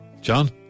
John